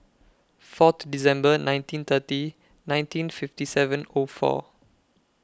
Fourth December nineteen thirty nineteen fifty seven O four